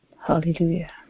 Hallelujah